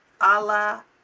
Allah